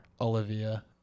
Olivia